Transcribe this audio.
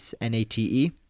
n-a-t-e